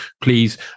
please